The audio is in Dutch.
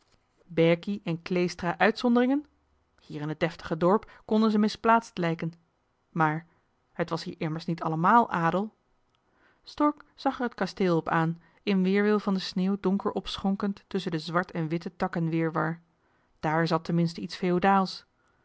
berkie en kleestra uitzonderingen hier in het deftige dorp konden ze misplaatst lijken maar het was hier immers niet allemààl adel stork zag er het kasteel johan de meester de zonde in het deftige dorp op aan in weerwil van de sneeuw donker opschonkend tusschen den zwart en witten takkenwirwar daar zat ten minste iets